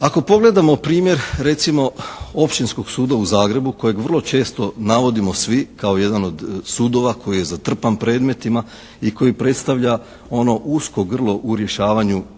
Ako pogledamo primjer recimo Općinskog suda u Zagrebu kojeg vrlo često navodimo svi kao jedan od sudova koji je zatrpan predmetima i koji predstavlja ono usko grlo u rješavanju pitanja